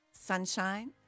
sunshine